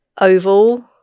Oval